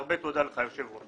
הרבה תודה לך, היושב-ראש.